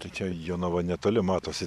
tai čia jonava netoli matosi